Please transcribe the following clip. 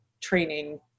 training